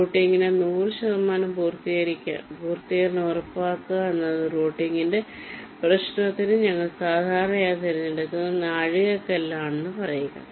റൂട്ടിംഗിന്റെ നൂറ് ശതമാനം പൂർത്തീകരണം ഉറപ്പാക്കുക എന്നത് റൂട്ടിംഗിന്റെ പ്രശ്നത്തിന് ഞങ്ങൾ സാധാരണയായി തിരഞ്ഞെടുക്കുന്ന ഒരു നാഴികക്കല്ലാണെന്ന് പറയുക